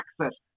access